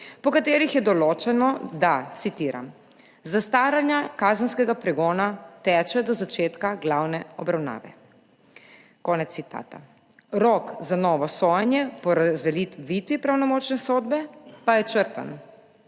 po katerih je določeno, da, citiram: »Zastaranje kazenskega pregona teče do začetka glavne obravnave.« Konec citata. Rok za novo sojenje po razveljavitvi pravnomočne sodbe pa je črtan.